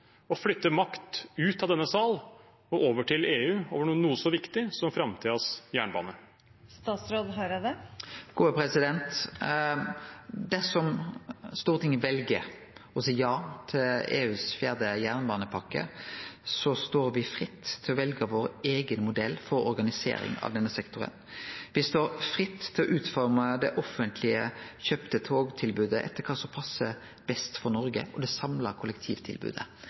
flytte makt ut av denne sal og over til EU over noe så viktig som framtidens jernbane? Dersom Stortinget vel å seie ja til EUs fjerde jernbanepakke, står me fritt til å velje vår eigen modell for organisering av denne sektoren. Me står fritt til å utforme det offentleg kjøpte togtilbodet etter kva som passar best for Noreg og det samla kollektivtilbodet.